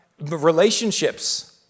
relationships